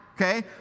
Okay